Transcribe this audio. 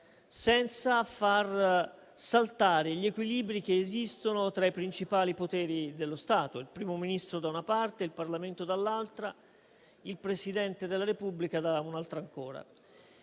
senza far saltare gli equilibri che esistono tra i principali poteri dello Stato (il Primo Ministro, da una parte, il Parlamento, dall'altra, e il Presidente della Repubblica, da un'altra ancora).